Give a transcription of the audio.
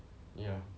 ya